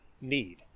need